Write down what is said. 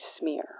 smear